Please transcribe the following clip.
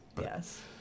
Yes